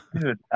Dude